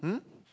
mm